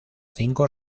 cinco